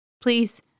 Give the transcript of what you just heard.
please